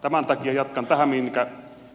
tämän takia jatkan tästä mihin